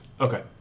Okay